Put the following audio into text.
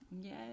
yes